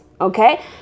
Okay